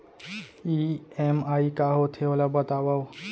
EMI का होथे, ओला बतावव